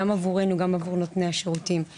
גם עבורנו גם עבור נותני השירותים,